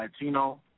Latino